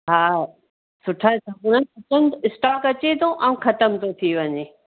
हा सुठा स्टॉक अचेतो अऊं खतम तो थीं वञे